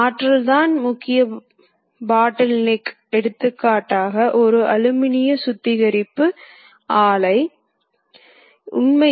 ஏனெனில் இது தான் ஷாப்ட் என்கோடரின் ஒரு துடிப்புக்கு சமம்